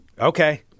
Okay